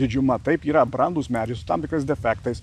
didžiuma taip yra brandūs medžiai su tam tikrais defektais